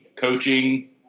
Coaching